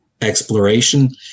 exploration